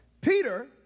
Peter